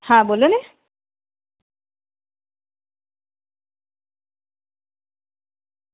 હા બોલો ને